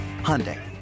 Hyundai